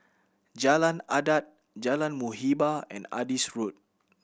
Jalan Adat Jalan Muhibbah and Adis Road